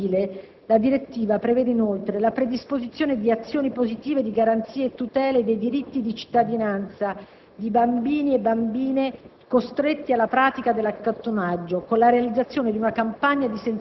Con particolare riferimento al fenomeno della mendicità infantile, la direttiva prevede inoltre la predisposizione di azioni positive di garanzia e tutela dei diritti di cittadinanza di bambini e bambine